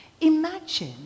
Imagine